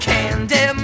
Candy